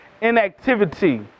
inactivity